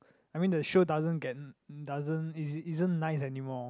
I mean the show doesn't get doesn't it isn't nice anymore